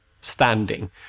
standing